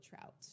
trout